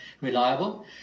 reliable